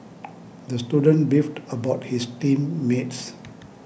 the student beefed about his team mates